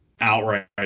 outright